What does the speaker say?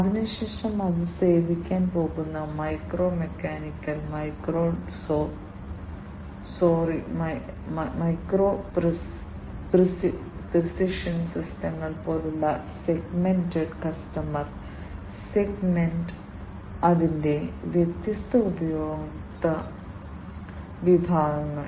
അതിനുശേഷം അത് സേവിക്കാൻ പോകുന്ന micro mechanical micro sorry micro precision സിസ്റ്റങ്ങൾ പോലെയുള്ള സെഗ്മെന്റഡ് കസ്റ്റമർ സെഗ്മെന്റ് അതിന്റെ വ്യത്യസ്ത ഉപഭോക്തൃ വിഭാഗങ്ങൾ